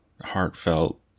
heartfelt